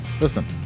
Listen